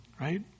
right